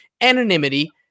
anonymity